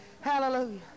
Hallelujah